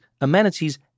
amenities